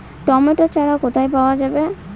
Tomato চারা কোথায় পাওয়া যাবে?